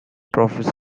trophies